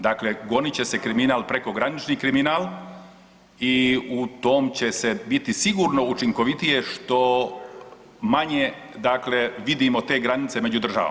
Dakle, gonit će se kriminal, prekogranični kriminal i u tom će se biti sigurno učinkovitije, što manje dakle vidimo te granice među državama.